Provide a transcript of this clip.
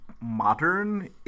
modern